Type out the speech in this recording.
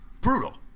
Brutal